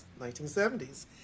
1970s